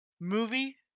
movie